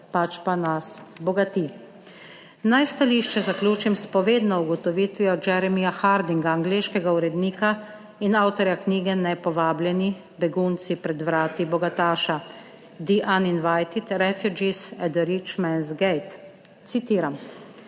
pač pa nas bogati. Naj stališče zaključim s povedno ugotovitvijo Jeremyja Hardinga, angleškega urednika in avtorja knjige Nepovabljeni: Begunci pred vrati bogataša, The Uninvited: Refugeees at the Rich Man's Gate. Citiram: